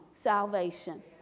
Salvation